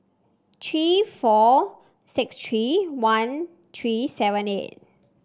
three four six three one three seven eight